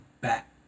back